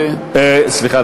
סליחה,